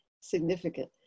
significant